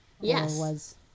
Yes